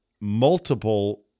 multiple